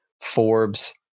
Forbes